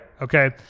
Okay